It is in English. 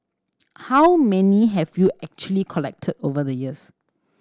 how many have you actually collected over the years